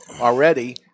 already